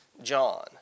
John